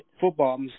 football